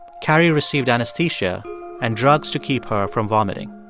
carrie received anesthesia and drugs to keep her from vomiting.